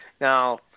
Now